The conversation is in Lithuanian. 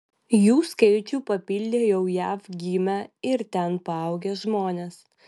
jų skaičių papildė jau jav gimę ir ten paaugę žmonės